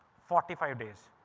forty five days!